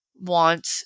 want